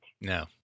No